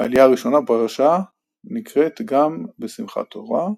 העלייה הראשונה בפרשה נקראת גם בשמחת תורה,